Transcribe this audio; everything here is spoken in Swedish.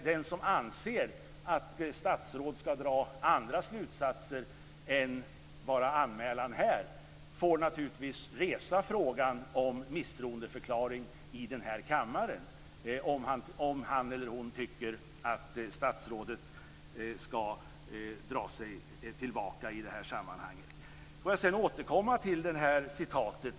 Den som anser att statsråd ska dra andra slutsatser än att bara ta emot en anmälan här får naturligtvis resa frågan om misstroendeförklaring här i kammaren och kräva att statsrådet ska dra sig tillbaka i det här sammanhanget. Låt mig återkomma till det aktuella citatet.